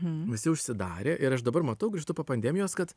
visi užsidarė ir aš dabar matau grįžtu po pandemijos kad